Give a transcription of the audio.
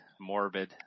Morbid